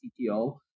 CTO